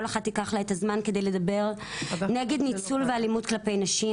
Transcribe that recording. כל אחת תיקח לה את הזמן כדי לדבר נגד ניצול ואלימות כלפי נשים.